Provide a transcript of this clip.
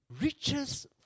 riches